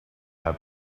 have